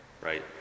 right